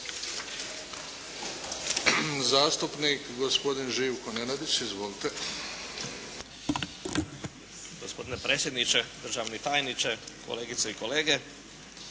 Zastupnik gospodin Živko Nenadić. Izvolite. **Nenadić, Živko (HDZ)** Gospodine predsjedniče, državni tajniče, kolegice i kolege.